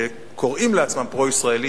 שקוראים לעצמם פרו-ישראלים,